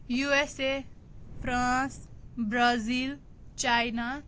U S A France Brazil China